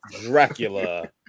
Dracula